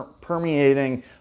permeating